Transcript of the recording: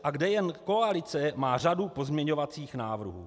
A kde jen koalice má řadu pozměňovacích návrhů.